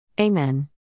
Amen